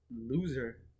loser